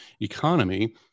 economy